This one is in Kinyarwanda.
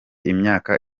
imyaka